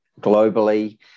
globally